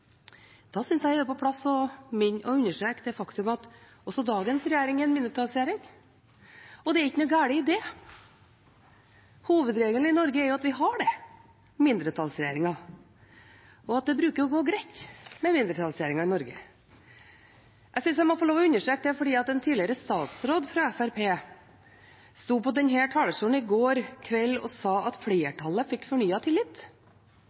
Da synes jeg det er på sin plass å understreke det faktumet at også dagens regjering er en mindretallsregjering, og det er ikke noe galt i det. Hovedregelen i Norge er jo at vi har det – mindretallsregjeringer – og at det bruker å gå greit med mindretallsregjeringer i Norge. Jeg synes jeg må få lov til å understreke det, for en tidligere statsråd fra Fremskrittspartiet sto på denne talerstolen i går kveld og sa at flertallet fikk fornyet tillit